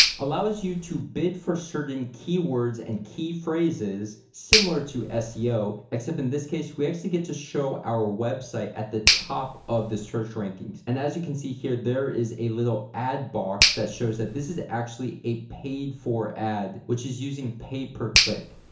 allows you to bid for certain keywords and key phrases similar to seo except in this case we actually get to show our website at the top of the search rankings and as you can see here, there is a little ad box that shows that this is actually a paid for ad, which is using pay-per-click.